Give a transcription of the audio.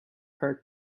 hurt